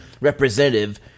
representative